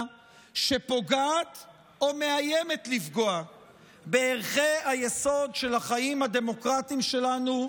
שפוגעת או מאיימת לפגוע בערכי היסוד של החיים הדמוקרטיים שלנו,